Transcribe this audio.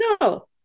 No